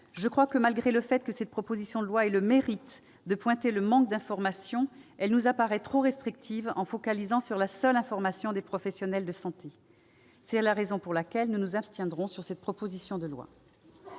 Cancer, et malgré le fait que cette proposition de loi ait le mérite de pointer le manque d'information, celle-ci nous paraît trop restrictive en se focalisant sur la seule information des professionnels de santé. C'est la raison pour laquelle nous nous abstiendrons sur cette proposition de loi.